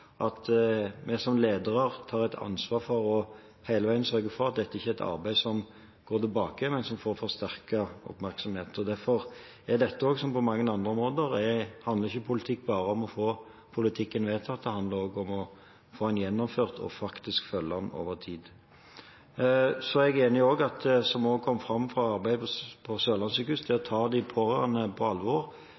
at vi som ledere tar et ansvar for hele veien å sørge for at dette ikke er et arbeid som går tilbake, men som får forsterket oppmerksomhet. Derfor: På dette området, som på mange andre områder, handler ikke politikk bare om å få politikken vedtatt; det handler også om å få den gjennomført og faktisk følge den over tid. Noe som også kom fram under arbeidet på Sørlandet sykehus, var at det er viktig å ta de pårørende på alvor,